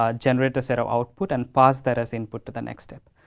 ah generate a set of output and pass that as input to the next step.